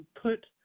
put